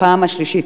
בפעם השלישית,